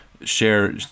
Share